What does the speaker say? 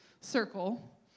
circle